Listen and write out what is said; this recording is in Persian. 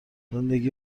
زندگی